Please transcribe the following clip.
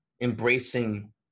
embracing